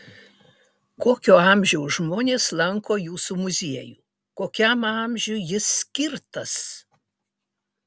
kokio amžiaus žmonės lanko jūsų muziejų kokiam amžiui jis skirtas